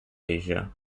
asia